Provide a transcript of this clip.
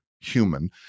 human